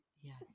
yes